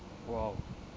!wow!